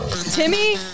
Timmy